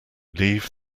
leave